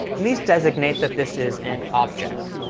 and these designate that this is an object.